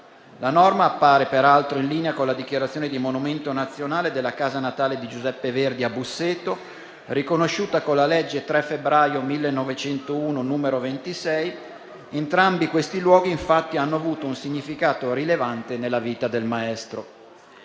La norma appare peraltro in linea con la dichiarazione di monumento nazionale della casa natale di Giuseppe Verdi a Busseto, riconosciuta con la legge 3 febbraio 1901, n. 26. Entrambi questi luoghi, infatti, hanno avuto un significato rilevante nella vita del maestro.